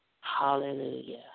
Hallelujah